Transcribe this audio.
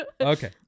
Okay